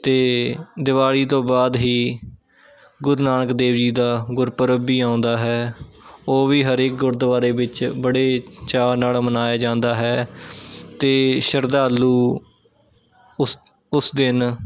ਅਤੇ ਦੀਵਾਲੀ ਤੋਂ ਬਾਅਦ ਹੀ ਗੁਰੂ ਨਾਨਕ ਦੇਵ ਜੀ ਦਾ ਗੁਰਪੂਰਬ ਵੀ ਆਉਂਦਾ ਹੈ ਉਹ ਵੀ ਹਰ ਇੱਕ ਗੁਰਦੁਆਰੇ ਵਿੱਚ ਬੜੇ ਚਾਅ ਨਾਲ ਮਨਾਇਆ ਜਾਂਦਾ ਹੈ ਅਤੇ ਸ਼ਰਧਾਲੂ ਉਸ ਉਸ ਦਿਨ